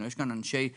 יש כאן אנשי משטרה,